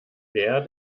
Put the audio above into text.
wer